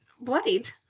Bloodied